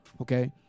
Okay